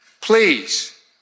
please